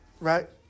right